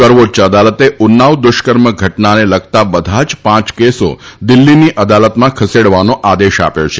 સર્વોચ્ય અદાલતે ઉન્નાવ દુષ્કર્મ ઘટનાને લગતા બધા જ પાંચ કેસો દિલ્ફીની અદાલતમાં ખસેડવાનો આદેશ આપ્યો છે